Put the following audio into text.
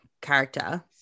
character